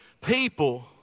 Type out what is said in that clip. people